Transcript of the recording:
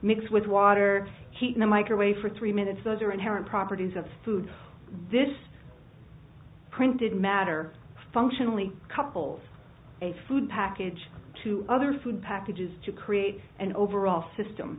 mixed with water heat in the microwave for three minutes those are inherent properties of food this printed matter functionally couples a food package to other food packages to create an overall system